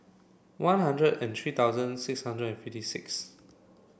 one hundred and three thousand six hundred and fifty six